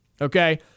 okay